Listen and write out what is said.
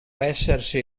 essersi